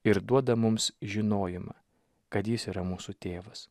ir duoda mums žinojimą kad jis yra mūsų tėvas